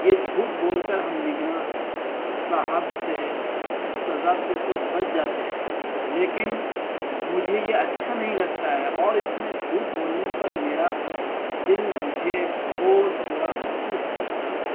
یہ جھوٹ بول کر ہم نگراں صاحب سے سزا سے تو بچ جاتے ہیں لیکن مجھے یہ اچھا نہیں لگتا ہے اور اس میں جھوٹ بولنے پر میرا دل مجھے بہت برا محسوس کرتا ہے